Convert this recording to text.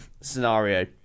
scenario